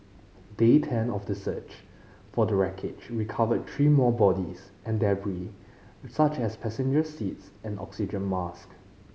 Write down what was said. day ten of the search for the wreckage recovered three more bodies and debri such as passenger seats and oxygen mask